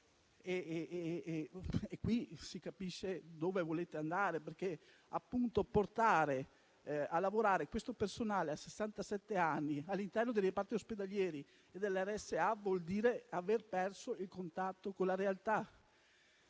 Qui si capisce dove volete andare, perché portare a lavorare questo personale fino a sessantasette anni all'interno dei reparti ospedalieri e delle RSA vuol dire aver perso il contatto con la realtà.